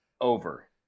over